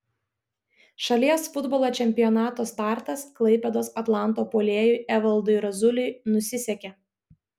šalies futbolo čempionato startas klaipėdos atlanto puolėjui evaldui razuliui nusisekė